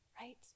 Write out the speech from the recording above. right